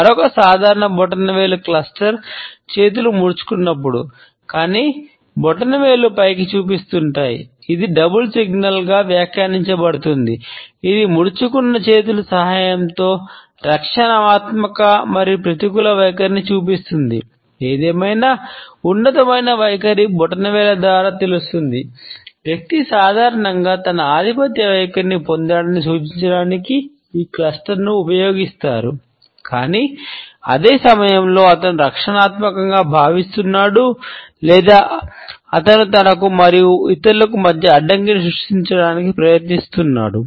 మరొక సాధారణ బొటనవేలు క్లస్టర్ ఉపయోగిస్తాడు కానీ అదే సమయంలో అతను రక్షణాత్మకంగా భావిస్తున్నాడు లేదా అతను తనకు మరియు ఇతరులకు మధ్య అడ్డంకిని సృష్టించడానికి ప్రయత్నిస్తున్నాడు